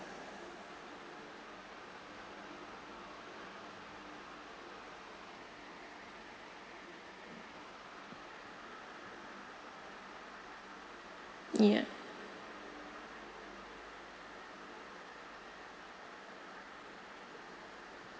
ya